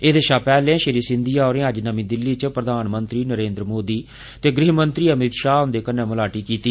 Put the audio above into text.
एहदे शा पैहले श्री सिंधिया होर्रे अज्ज नर्मी दिल्ली च प्रधानमंत्री नरेन्द्र मोदी ते ग़हमंत्री अमित शाह ह्न्दे कन्नै मलाटी कीती